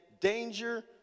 danger